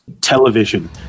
television